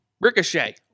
Ricochet